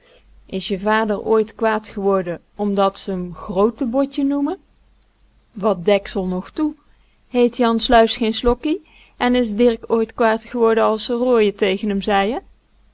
is je vader ooit kwaad geworden omdat ze m g r o o te botje noemen wat deksel nog toe heet jan sluis geen slokkie en is dirk ooit kwaad geworden as ze rooie tegen m zeien